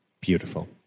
Beautiful